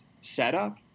setup